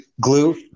glue